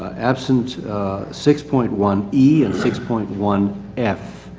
absent six point one e and six point one f.